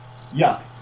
Yuck